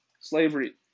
slavery